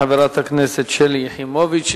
תודה לחברת הכנסת שלי יחימוביץ.